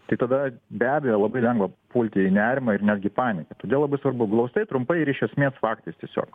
tai tada be abejo labai lengva pulti į nerimą ir netgi paniką todėl labai svarbu glausta trumpai ir iš esmės faktais tiesiog